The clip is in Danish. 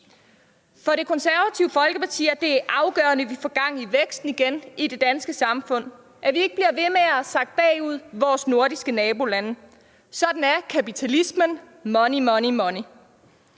For Det Konservative Folkeparti er det afgørende, at vi får gang i væksten igen i det danske samfund, at vi ikke bliver ved med at sakke bagud i forhold til vores nordiske nabolande. Sådan er kapitalismen, money, money, money.